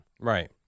Right